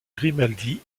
grimaldi